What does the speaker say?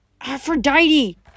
Aphrodite